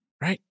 Right